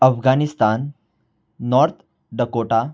Afghanistan north dakota